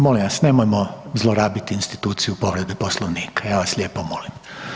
Molim vas nemojmo zlorabiti instituciju povrede Poslovnika, ja vas lijepo molim.